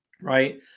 right